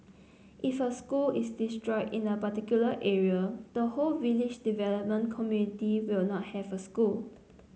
if a school is destroyed in a particular area the whole village development committee will not have a school